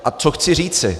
A co chci říci?